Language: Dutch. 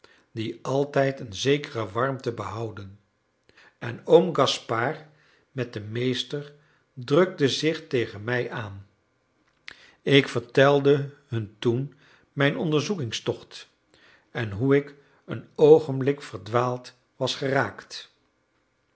die altijd een zekere warmte behouden en oom gaspard met den meester drukten zich tegen mij aan ik vertelde hun toen mijn onderzoekingstocht en hoe ik een oogenblik verdwaald was geraakt